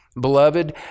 Beloved